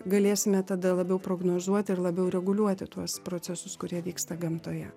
galėsime tada labiau prognozuoti ir labiau reguliuoti tuos procesus kurie vyksta gamtoje